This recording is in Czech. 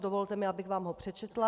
Dovolte mi, abych vám ho přečetla.